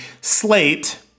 Slate